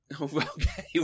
okay